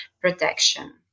protection